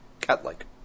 Cat-like